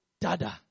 Dada